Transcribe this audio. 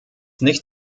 nicht